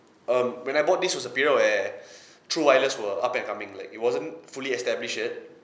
um when I bought this was a period where true wireless were up and coming like it wasn't fully established yet